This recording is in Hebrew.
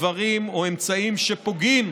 דברים או אמצעים שפוגעים